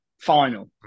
final